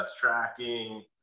tracking